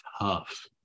Tough